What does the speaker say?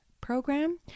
program